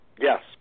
Yes